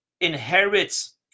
inherits